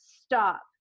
stop